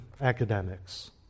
academics